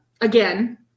again